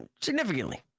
Significantly